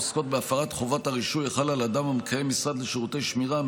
עוסקות בהפרת חובת הרישוי החלה על אדם המקיים משרד לשירותי שמירה,